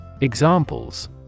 Examples